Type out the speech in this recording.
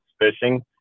fishing